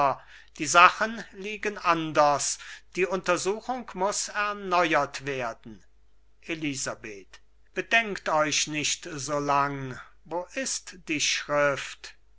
die sachen liegen anders die untersuchung muß erneuert werden davison erneuert ewige barmherzigkeit elisabeth bedenkt euch nicht so lang wo ist die schrift